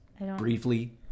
Briefly